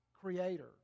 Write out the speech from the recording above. creator